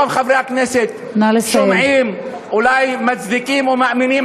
רוב חברי הכנסת שומעים, אולי מצדיקים ומאמינים.